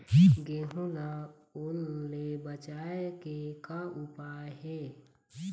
गेहूं ला ओल ले बचाए के का उपाय हे?